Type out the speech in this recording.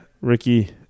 ricky